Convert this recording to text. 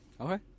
Okay